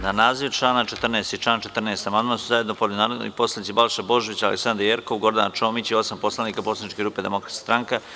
Na naziv člana 14. i član 14. amandman su zajedno podneli narodni poslanici Balša Božović, Aleksandra Jerkov, Gordana Čomić i osam poslanika poslaničke grupe Demokratska stranka.